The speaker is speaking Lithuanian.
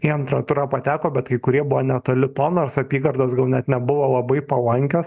į antrą turą pateko bet kai kurie buvo netoli to nors apygardos gal net nebuvo labai palankios